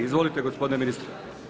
Izvolite gospodine ministre.